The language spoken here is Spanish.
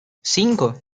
cinco